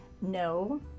no